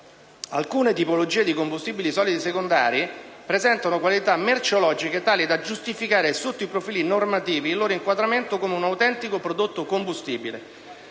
Alcune tipologie di combustibili solidi secondari presentano qualità merceologiche tali da giustificare, sotto profili normativi, il loro inquadramento come un autentico prodotto combustibile.